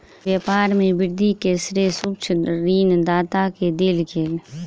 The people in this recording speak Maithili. व्यापार में वृद्धि के श्रेय सूक्ष्म ऋण दाता के देल गेल